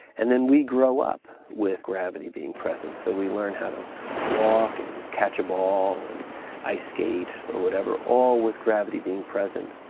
and then we grow up with gravity being present, so we learn how to walk and catch a ball and ice skate or whatever, all with gravity being present.